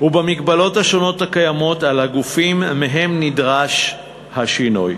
ובמגבלות השונות הקיימות על הגופים שמהם נדרש השינוי.